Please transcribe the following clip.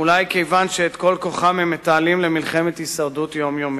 אולי כיוון שאת כל כוחם הם מתעלים למלחמת הישרדות יומיומית.